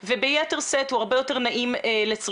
וביתר שאת כי הוא הרבה יותר נעים לצריכה.